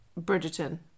Bridgerton